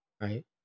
Right